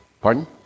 Pardon